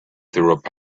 through